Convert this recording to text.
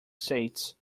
states